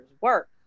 work